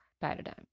paradigm